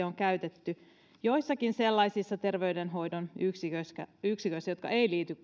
on käytetty joissakin sellaisissa terveydenhoidon yksiköissä jotka eivät liity